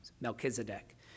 Melchizedek